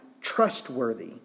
trustworthy